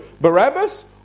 Barabbas